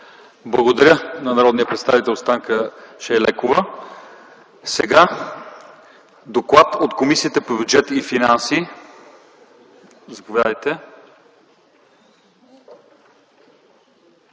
Благодаря на народния представител Станка Шайлекова. Сега следва доклад на Комисията по бюджет и финанси. Заповядайте